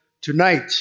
tonight